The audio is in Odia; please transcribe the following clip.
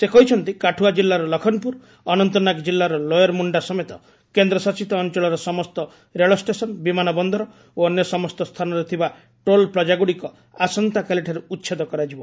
ସେ କହିଛନ୍ତି କାଠୁଆ କିଲ୍ଲାର ଲଖନପ୍ରର ଅନନ୍ତନାଗ ଜିଲ୍ଲାର ଲୋୟର ମ୍ରଣ୍ଣା ସମେତ କେନ୍ଦ୍ରଶାସିତ ଅଞ୍ଚଳର ସମସ୍ତ ରେଳ ଷ୍ଟେସନ ବିମାନ ବନ୍ଦର ଓ ଅନ୍ୟ ସମସ୍ତ ସ୍ଥାନରେ ଥିବାର ଟୋଲ୍ ପ୍ଲାଜାଗୁଡ଼ିକ ଆସନ୍ତାକାଲିଠାରୁ ଉଚ୍ଛେଦ କରାଯିବ